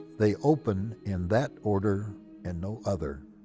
they open in that order and no other.